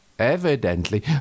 Evidently